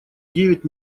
девять